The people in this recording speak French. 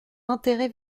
intérêt